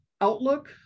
outlook